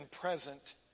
present